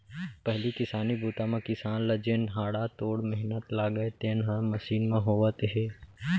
पहिली किसानी बूता म किसान ल जेन हाड़ा तोड़ मेहनत लागय तेन ह मसीन म होवत हे